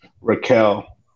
Raquel